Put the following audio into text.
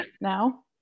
now